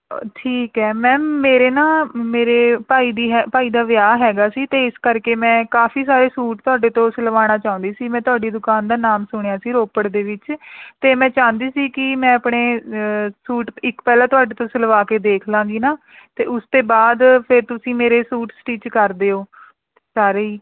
ਠੀਕ ਹੈ ਮੈਮ ਮੇਰੇ ਨਾ ਮੇਰੇ ਭਾਈ ਦੀ ਹੈ ਭਾਈ ਦਾ ਵਿਆਹ ਹੈਗਾ ਸੀ ਅਤੇ ਇਸ ਕਰਕੇ ਮੈਂ ਕਾਫੀ ਸਾਰੇ ਸੂਟ ਤੁਹਾਡੇ ਤੋਂ ਸਿਲਵਾਉਣਾ ਚਾਹੁੰਦੀ ਸੀ ਮੈਂ ਤੁਹਾਡੀ ਦੁਕਾਨ ਦਾ ਨਾਮ ਸੁਣਿਆ ਸੀ ਰੋਪੜ ਦੇ ਵਿੱਚ ਅਤੇ ਮੈਂ ਚਾਹੁੰਦੀ ਸੀ ਕਿ ਮੈਂ ਆਪਣੇ ਸੂਟ ਇੱਕ ਪਹਿਲਾਂ ਤੁਹਾਡੇ ਤੋਂ ਸਿਲਵਾ ਕੇ ਦੇਖ ਲਵਾਂਗੀ ਨਾ ਅਤੇ ਉਸ ਤੋਂ ਬਾਅਦ ਫਿਰ ਤੁਸੀਂ ਮੇਰੇ ਸੂਟ ਸਟਿੱਚ ਕਰ ਦਿਓ ਸਾਰੇ ਹੀ